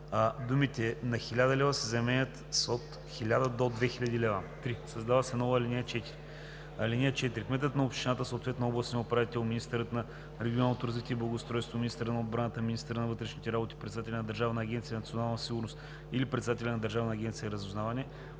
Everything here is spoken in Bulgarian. думите „на 1000 лв.“ се заменят с „от 1000 до 2000 лв.“ 3. Създава се нова ал. 4: „(4) Кметът на общината, съответно областният управител, министърът на регионалното развитие и благоустройството, министърът на отбраната, министърът на вътрешните работи, председателят на Държавна агенция „Национална сигурност“ или председателят на Държавна агенция „Разузнаване“